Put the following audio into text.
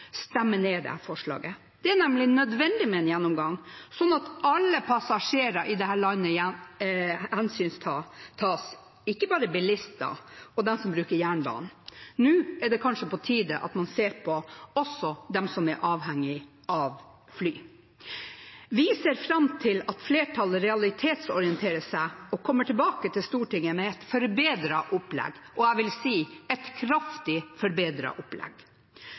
stemmer ned dette forslaget. Det er nemlig nødvendig med en gjennomgang, sånn at alle passasjerer i dette landet hensyntas, ikke bare bilister og de som bruker jernbanen. Nå er det kanskje på tide at man ser på også dem som er avhengig av fly. Vi ser fram til at flertallet realitetsorienterer seg og kommer tilbake til Stortinget med et forbedret opplegg, og jeg vil si: et kraftig forbedret opplegg.